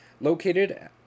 Located